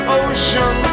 ocean